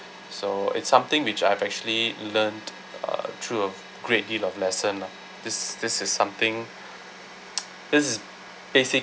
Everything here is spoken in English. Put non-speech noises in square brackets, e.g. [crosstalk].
so it's something which I've actually learned uh through a great deal of lesson lah this this is something [noise] this is basically